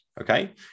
Okay